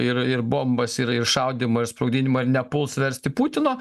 ir ir bombas ir ir šaudymą ir sprogdinimą ir nepuls versti putino